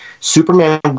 Superman